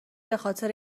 بخاطر